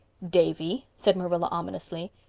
davy, said marilla ominously,